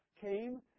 came